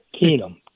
keenum